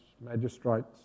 magistrates